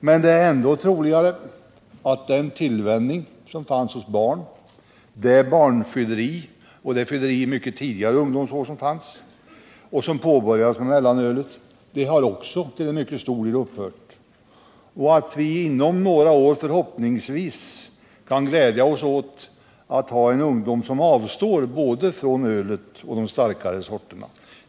Men det är ännu troligare att den tillvänjning som fanns hos barn, barnfylleri och det fylleri i tidiga ungdomsår som fanns och som påbörjades med mellanölet, till mycket stor del har upphört. Det är också troligt att vi inom några år förhoppningsvis kan glädja oss åt att ha en ungdom som avstår både från mellanöl och de starkare sorterna.